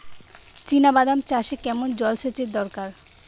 চিনাবাদাম চাষে কেমন জলসেচের দরকার?